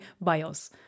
bios